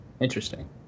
Interesting